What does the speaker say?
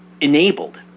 enabled